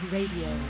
Radio